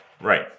Right